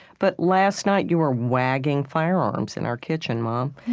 but last night you were wagging firearms in our kitchen, mom.